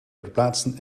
verplaatsen